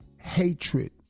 Hatred